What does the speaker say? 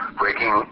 breaking